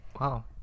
Wow